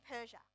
Persia